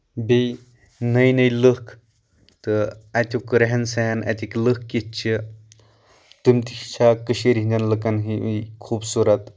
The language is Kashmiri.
بیٚیہِ نٔے نٔے لٔکھ تہٕ اتیُک ریٚہن سیٚہن اَتِکۍ لُکھ کِتھ چھِ تُم تہِ چھا کٔشیٖر ہٕنٛدین لُکن ہٕنٛدۍ خوٗبصوٗرت